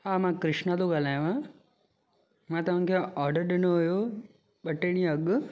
हां मां कृष्णा थो ॻाल्हायांव मां तव्हांखे ऑडर ॾिनो हुओ ॿ टे ॾींहं अॻु